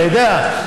אתה יודע,